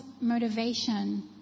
motivation